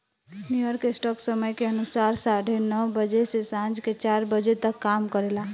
New York stock समय के अनुसार साढ़े नौ बजे से सांझ के चार बजे तक काम करेला